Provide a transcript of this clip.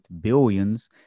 billions